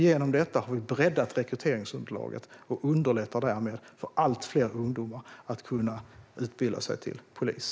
Genom detta har vi breddat rekryteringsunderlaget och underlättar därmed för allt fler ungdomar att kunna utbilda sig till polis.